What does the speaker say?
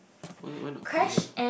why why not Korea